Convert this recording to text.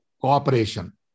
cooperation